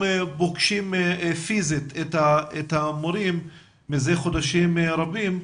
פוגשים פיזית את המורים מזה חודשים רבים,